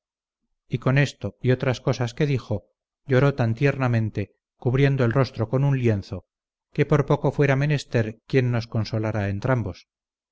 y con esto y otras cosas que dijo lloró tan tiernamente cubriendo el rostro con un lienzo que por poco fuera menester quien nos consolara